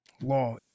law